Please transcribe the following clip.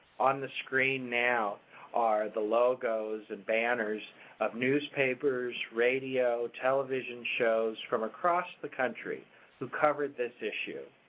on the screen now are the logos and banners of newspapers, radio, television shows from across the country who covered this issue.